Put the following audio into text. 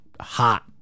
hot